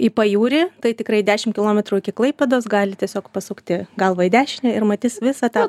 į pajūrį tai tikrai dešim kilometrų iki klaipėdos gali tiesiog pasukti galvą į dešinę ir matys visą tą